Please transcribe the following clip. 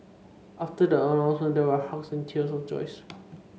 after the announcement there were hugs and tears of joys